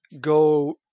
go